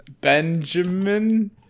Benjamin